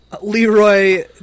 leroy